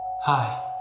Hi